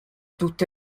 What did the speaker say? tutte